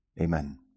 Amen